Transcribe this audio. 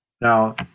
Now